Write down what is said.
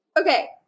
Okay